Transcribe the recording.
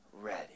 ready